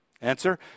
Answer